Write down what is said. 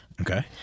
Okay